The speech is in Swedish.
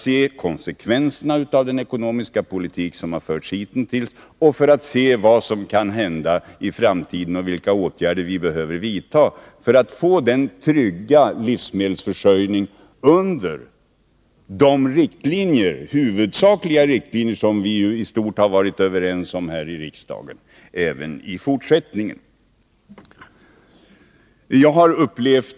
Då först kan vi få en uppfattning om vilka åtgärder vi behöver vidta för att även i fortsättningen få en livsmedelsförsörjning inriktad mot de mål som vi i stort sett har varit överens om i riksdagen.